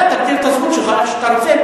אתה תגדיר את הזכות שלך איפה שאתה רוצה,